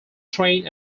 train